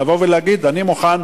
לבוא ולהגיד: אני מוכן,